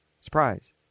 Surprise